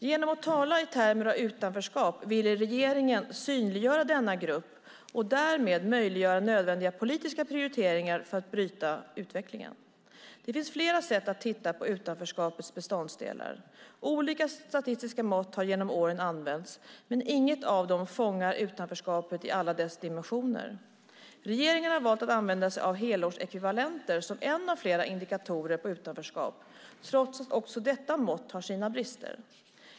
Genom att tala i termer av utanförskap ville regeringen synliggöra denna grupp och därmed möjliggöra nödvändiga politiska prioriteringar för att bryta utvecklingen. Det finns flera sätt att titta på utanförskapets beståndsdelar. Olika statistiska mått har genom åren använts, men inget av dem fångar utanförskapet i alla dess dimensioner. Regeringen har valt att använda sig av helårsekvivalenter som en av flera indikatorer på utanförskap, trots att också detta mått har sina brister.